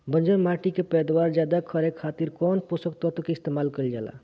बंजर माटी के पैदावार ज्यादा करे खातिर कौन पोषक तत्व के इस्तेमाल कईल जाला?